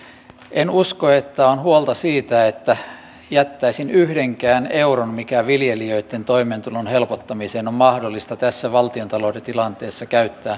en usko että on huolta siitä että jättäisin käyttämättä yhdenkään euron mikä viljelijöitten toimeentulon helpottamiseen on mahdollista tässä valtiontalouden tilanteessa käyttää